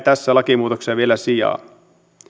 tässä lakimuutoksessa vielä sijaa